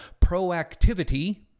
proactivity